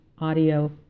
audio